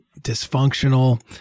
dysfunctional